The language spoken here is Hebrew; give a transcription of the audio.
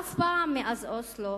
אף פעם מאז אוסלו